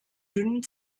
dünnen